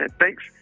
thanks